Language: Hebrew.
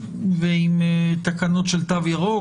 ועם תקנות של תו ירוק,